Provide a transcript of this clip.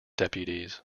deputies